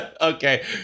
Okay